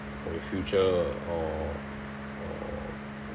for your future or or